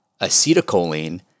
acetylcholine